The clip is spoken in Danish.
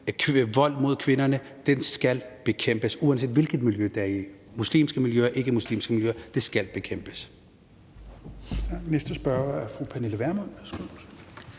volden mod kvinder skal bekæmpes, uanset hvilket miljø det er i, muslimske miljøer, ikkemuslimske miljøer. Det skal bekæmpes.